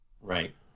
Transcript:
Right